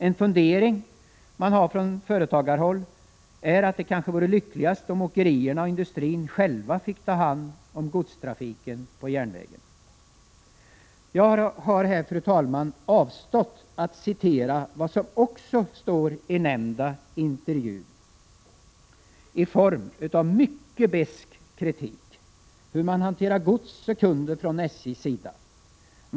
En fundering 29 april 1987 man har från företagarhåll är att det kanske vore lyckligast om åkerierna och industrin själva fick ta hand om godstrafiken på järnvägen. Jag har här, fru talman, avstått från att citera vad som också står i nämnda intervju i form av mycket besk kritik av hur man hanterar gods och kunder från SJ:s sida.